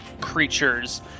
creatures